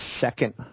second